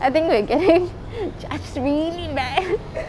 I think we're getting just really mad